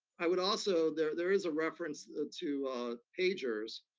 i would also, there there is a reference to pagers.